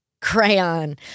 Crayon